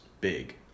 big